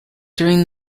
during